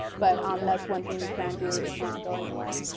but um that's one thing you can do if you want to go anywhere.